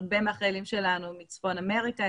הרבה מהחיילים שלנו מצפון אמריקה,